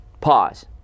pause